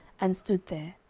and stood there,